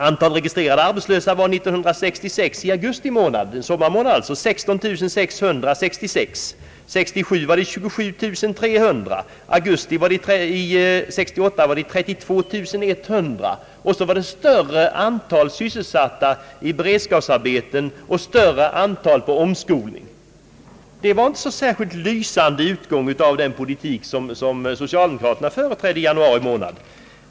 Antalet registrerade arbetslösa i augusti — en sommarmånad år 1966 var 16 600. år 1967 var det 27 300 och i augusti 1968 var det 32 100. Dessutom var det ett större antal sysselsatta i beredskapsarbeten och ett större antal under omskolning. Det blev inte en så särdeles lysande utgång av den politik som socialdemokraterna företrädde i januari månad.